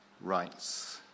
rights